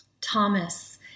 Thomas